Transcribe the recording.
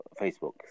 Facebook